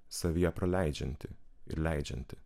savyje praleidžianti ir leidžianti